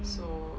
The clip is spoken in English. so